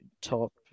top